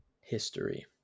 history